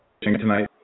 tonight